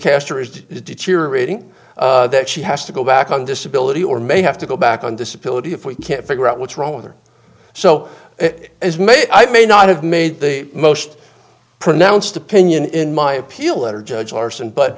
caster is deteriorating that she has to go back on disability or may have to go back on disability if we can't figure out what's wrong with her so it is maybe i may not have made the most pronounced opinion in my appeal letter judge larson but